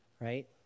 Right